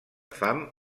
fam